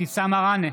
אבתיסאם מראענה,